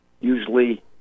usually